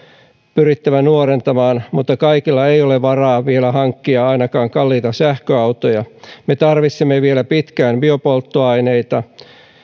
pyrittävä nuorentamaan mutta kaikilla ei ole vielä varaa hankkia ainakaan kalliita sähköautoja me tarvitsemme vielä pitkään biopolttoaineita